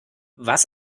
was